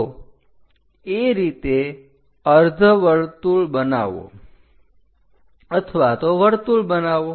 તો એ રીતે અર્ધવર્તુળ બનાવો અથવા તો વર્તુળ બનાવો